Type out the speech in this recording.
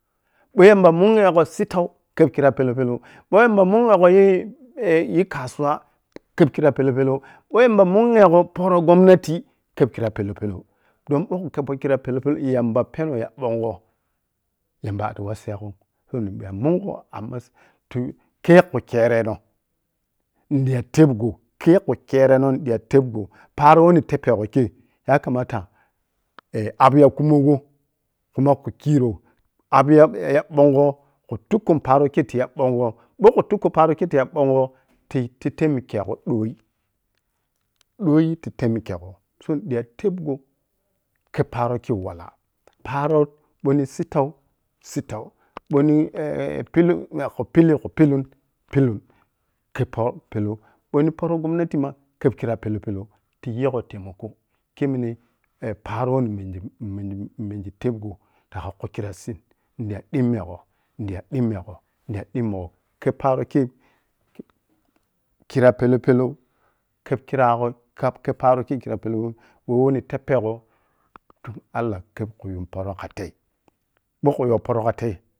Ɓou yamba munyesho sittau kheb khira pelou-pelou, ɓou yamba mungegho bou yii kasuwa kheb khira pelou-pelou ɓou yamba munyegho poro gomnati kheb khria pelou-pelou don bou khu khebpo khira pelou-pelou yamba penou ya ɓou khu khebpo khira pelou-pelou yamba penou ya ɓongho yamba a’ti wassegho’m so, nidiya mungho a’maseyi tu-kei khu kerenoh ni diya tebgho kei khu kerenoh nidiya tebgho paro woh nitebpegho kei yakamata kha a’bi ya khumogho kumu khu kirou a’bi ya-ya ɓongho kha tukkou paro kei ti ya ɓongho ti-ti temi kesho ƌoi ƌoi ti temin kegho so, nidiya tebgho kheb paro kei wala, paro ɓou ni sittau-sittau ɓou ni pilu weh khu pilon-khu pilu kheb poh pelou, poron gomnatima kheb khura pelou-pelou ti yi gho temako kei minei paro woh nimisi tebgho tebgho tah khu kheb khu khira sit nida dimmegho nida dommegho-nidiya dimmegho-nidiya dimgho kheb paroki khi-khira pelou-pelou kheb khiragho paro kei khira pelbu woh ni yebpegho don allah kheb khun yuu pu kha tei bou khu you poro kha tei.